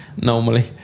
normally